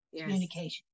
communication